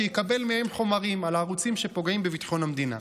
שיקבל מהם חומרים על הערוצים שפוגעים בביטחון המדינה.